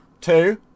two